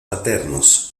paternos